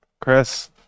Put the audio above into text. Chris